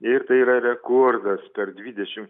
ir tai yra rekordas per dvidešimts